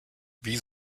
wie